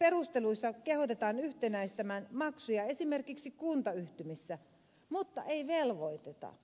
perusteluissa kehotetaan yhtenäistämään maksuja esimerkiksi kuntayhtymissä mutta ei velvoiteta